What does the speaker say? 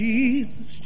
Jesus